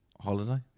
Holiday